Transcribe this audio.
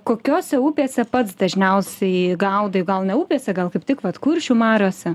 kokiose upėse pats dažniausiai gaudai gal ne upėse gal kaip tik vat kuršių mariose